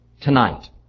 tonight